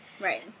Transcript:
Right